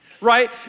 right